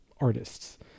artists